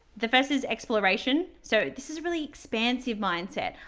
the first is exploration. so this is a really expansive mindset.